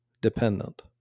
dependent